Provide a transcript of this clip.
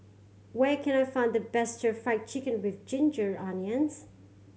where can I find the best Stir Fry Chicken with ginger onions